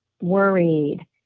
worried